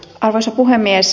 arvoisa puhemies